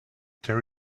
there